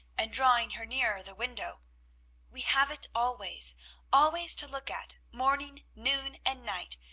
and drawing her nearer the window we have it always always to look at, morning, noon, and night,